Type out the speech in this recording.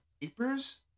papers